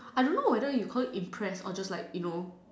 I don't know whether you call it impressed or just like you know